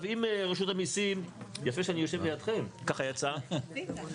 אם רשות המיסים, ויצא שאני יושב לידם כאן וזה יפה,